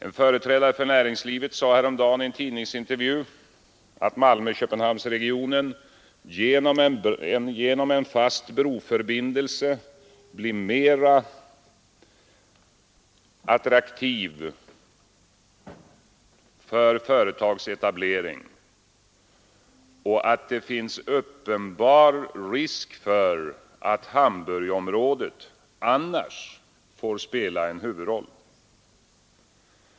En företrädare för näringslivet sade häromdagen i en tidningsintervju att Malmö Köpenhamnsregionen genom en fast broförbindelse blir mera attraktiv för företagsetablering och att det finns uppenbar risk för att Hamburgområdet annars får spela en huvudroll.